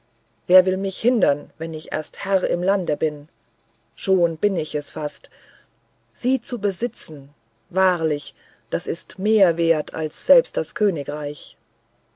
wer will mich hindern wenn ich erst herr im lande bin schon bin ich es fast sie zu besitzen wahrlich das ist mehr wert als selbst das königreich